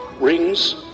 rings